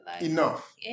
Enough